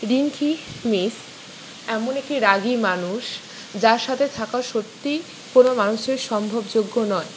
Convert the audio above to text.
Rinki miss এমন একটি রাগী মানুষ যার সাথে থাকাও সত্যি কোনো মানুষের সম্ভবযোগ্য নয়